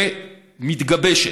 ומתגבשת.